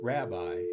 Rabbi